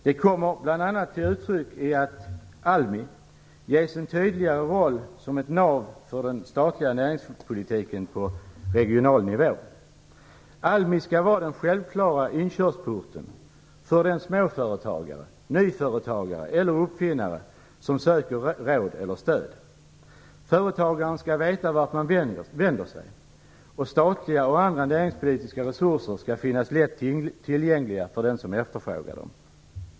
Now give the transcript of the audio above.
Det kommer bl.a. till uttryck genom att Almi ges en tydligare roll som ett nav för den statliga näringspolitiken på regional nivå. Almi skall vara den självklara inkörsporten för den småföretagare, nyföretagare eller uppfinnare som söker råd eller stöd. Företagaren skall veta vart man vänder sig. Statliga och andra näringspolitiska resurser skall finnas lätt tillgängliga för den som efterfrågar dem.